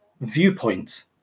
viewpoint